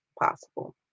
possible